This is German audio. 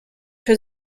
für